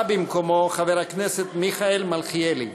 בא במקומו חבר הכנסת מיכאל מלכיאלי.